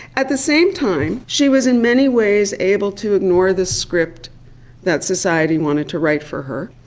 at the same time she was in many ways able to ignore the script that society wanted to write for her.